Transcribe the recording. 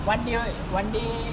one day work one day